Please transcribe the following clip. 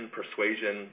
persuasion